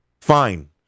Fine